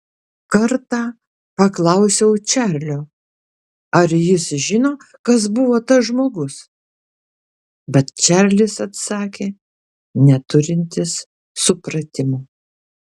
kartą paklausiau čarlio ar jis žino kas buvo tas žmogus bet čarlis atsakė neturintis supratimo